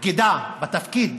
בגידה בתפקיד